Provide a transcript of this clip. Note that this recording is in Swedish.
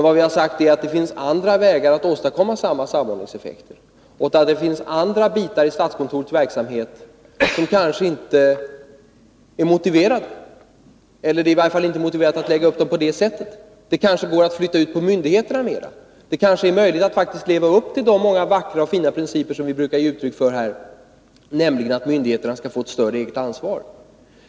Vad vi har sagt är att det finns andra vägar att åstadkomma samma samordningseffekter och att det kanske inte finns motiv för att upprätthålla andra delar av statskontorets verksamhet, i varje fall inte med nuvarande uppläggning. Verksamheten kanske i större utsträckning kan föras över till de olika myndigheterna. Det kanske faktiskt är möjligt att leva upp till de många vackra och fina principer som vi här brukar ge uttryck för, innebärande att myndigheterna skall få ett större eget ansvar.